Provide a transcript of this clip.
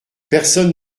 personne